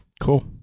Cool